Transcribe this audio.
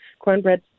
Cornbread